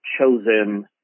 chosen